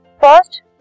First